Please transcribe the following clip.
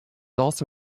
also